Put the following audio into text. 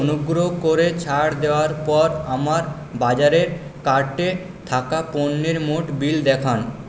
অনুুগ্রহ করে ছাড় দেওয়ার পর আমার বাজারের কার্টে থাকা পণ্যের মোট বিল দেখান